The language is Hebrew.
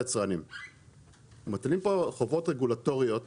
ההיבטים שנוגעים לביטוח זה עניין של תפקיד,